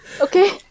Okay